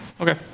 okay